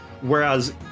Whereas